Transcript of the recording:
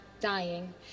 dying